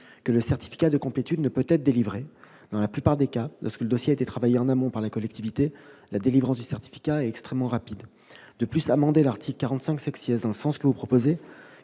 -que le certificat de complétude ne peut être délivré. Dans la plupart des cas, lorsque le dossier a été travaillé en amont par la collectivité, la délivrance du certificat est extrêmement rapide. En outre, amender l'article 45 dans le sens que vous proposez